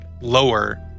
lower